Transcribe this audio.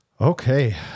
Okay